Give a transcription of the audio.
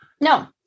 No